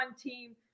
team